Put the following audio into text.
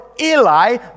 Eli